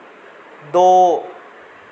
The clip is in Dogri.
दो